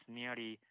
nearly